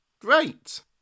Great